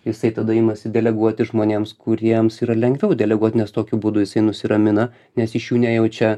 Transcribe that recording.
jisai tada imasi deleguoti žmonėms kuriems yra lengviau deleguot nes tokiu būdu jisai nusiramina nes iš jų nejaučia